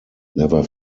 never